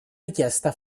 richiesta